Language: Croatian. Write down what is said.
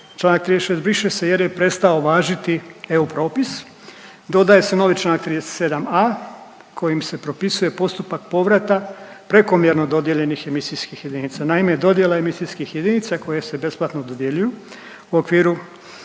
Članak 36. briše se jer je prestao važiti EU propis. Dodaje se novi Članak 37a. kojim se propisuje postupak povrata prekomjerno dodijeljenih emisijskih jedinica. Naime, dodjela emisijskih jedinica koje se besplatno dodjeljuju u okviru